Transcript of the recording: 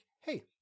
Hey